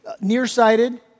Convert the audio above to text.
nearsighted